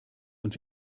und